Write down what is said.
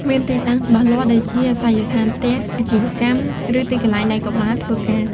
មានទីតាំងច្បាស់លាស់ ដូចជាអាសយដ្ឋានផ្ទះ អាជីវកម្ម ឬទីកន្លែងដែលកុមារធ្វើការ។